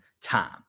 time